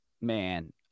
man